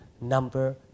Number